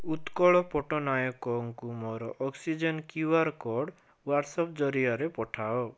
ଉତ୍କଳ ପଟ୍ଟନାୟକଙ୍କୁ ମୋର oxygen QR code WhatsApp ଜରିଆରେ ପଠାଅ